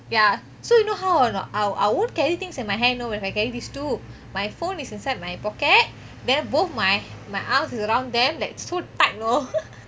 ya so you know how or not I won't I won't carry things in my hand know when I carry these two my phone is inside my pocket then both my my arms is around them like so tight you know